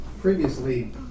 previously